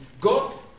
God